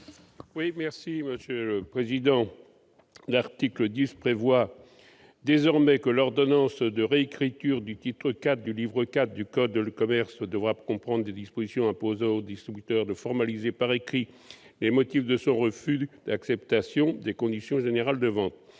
est à M. Charles Revet. L'article 10 prévoit désormais que l'ordonnance de réécriture du titre IV du livre IV du code de commerce devra comprendre des dispositions imposant au distributeur de formaliser par écrit les motifs de son refus d'acceptation des conditions générales de vente.